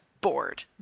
bored